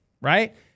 right